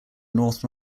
north